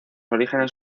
orígenes